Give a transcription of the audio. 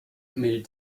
committed